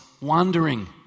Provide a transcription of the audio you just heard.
wandering